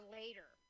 later